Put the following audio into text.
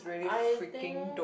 I think